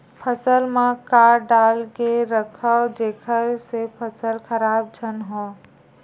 फसल म का डाल के रखव जेखर से फसल खराब झन हो?